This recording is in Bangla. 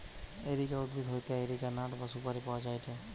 এরিকা উদ্ভিদ হইতে এরিকা নাট বা সুপারি পাওয়া যায়টে